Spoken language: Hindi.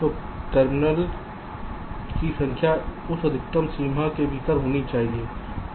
तो टर्मिनल की संख्या उस अधिकतम सीमा के भीतर होनी चाहिए